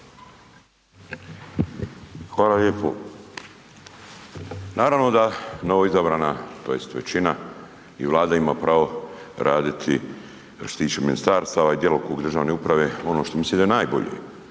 Hvala lijepo. Naravno da novoizabrana tj. većina i Vlada ima pravo raditi, što se tiče ministarstava i djelokrug državne uprave ono što im .../Govornik